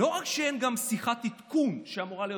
לא רק שאין גם שיחת עדכון שאמורה להיות